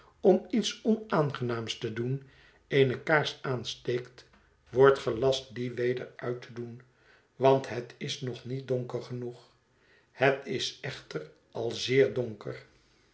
om iets onaangenaams te doen eene kaars aansteekt wordt gelast om die weder uit te doen want het is nog niet donker genoeg het is echter al zeer donker